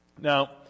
Now